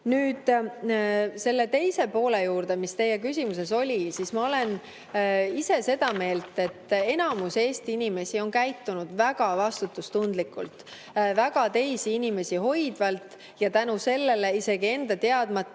on. Nüüd selle teise poole juurde, mis teie küsimuses oli. Ma olen ise seda meelt, et enamus Eesti inimesi on käitunud väga vastutustundlikult, väga teisi inimesi hoidvalt ja on tänu sellele isegi enda teadmata,